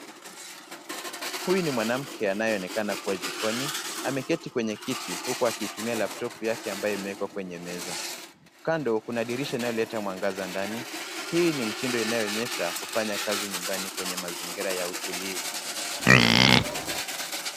Huyu ni mwanamke anayeonekana kuwa jikoni, ameketi kwenye kiti huku akitumia laptop yake ambayo imewekwa kwenye meza. Kando kuna dirisha inayoleta mwangaza ndani. Hii ni mtindo inayoonyesha kufanya kazi nyumbani kwenye mazingira ya utulivu.